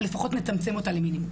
או לפחות נצמצם אותה למינימום.